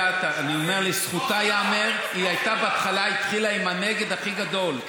לזכותה ייאמר: היא התחילה עם הנגד הכי גדול,